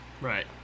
Right